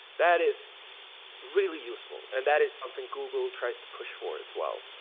that is really useful and that is something google tries to push forward as well.